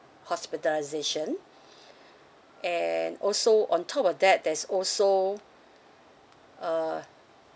hospitalisation and also on top of that there's also uh